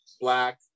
black